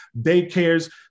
daycares